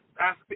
ask